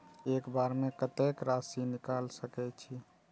एक बार में कतेक राशि निकाल सकेछी?